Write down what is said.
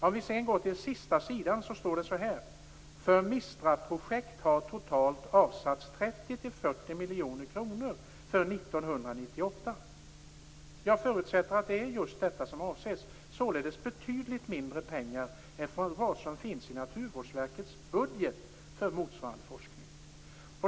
Om vi sedan går till den sista sidan står det att för MISTRA projekt har totalt avsatts 30-40 miljoner kronor för 1998. Jag förutsätter att det är just detta som avses, vilket således är betydligt mindre pengar än vad som finns i Naturvårdsverkets budget för motsvarande forskning.